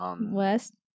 West